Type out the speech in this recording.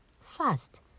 first